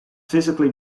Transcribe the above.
physically